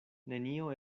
nenio